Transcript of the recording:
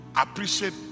appreciate